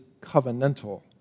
covenantal